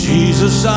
Jesus